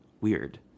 Weird